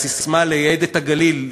הססמה "לייהד את הגליל",